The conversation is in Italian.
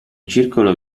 circolo